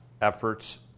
efforts